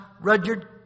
Rudyard